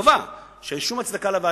קבע שאין שום הצדקה להבאתם,